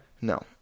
No